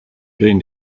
been